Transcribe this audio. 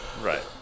Right